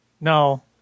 No